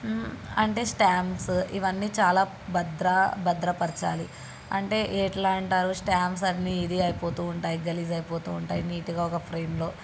అంటే స్టాంప్స్ ఇవన్నీ చాలా భద్ర భద్రపరచాలి అంటే ఎట్లా అంటారు స్టాంప్స్ అన్నీ ఇది అయిపోతూ ఉంటాయి గలీజ్ అయిపోతూ ఉంటాయి నీటుగా ఒక ఫ్రేమ్లో